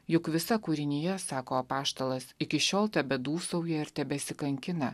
juk visa kūrinija sako apaštalas iki šiol tebedūsauja ir tebesikankina